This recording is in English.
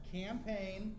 campaign